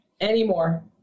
anymore